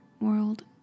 world